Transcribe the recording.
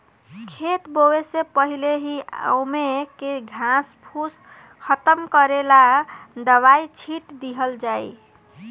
खेत बोवे से पहिले ही ओमे के घास फूस खतम करेला दवाई छिट दिहल जाइ